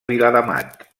viladamat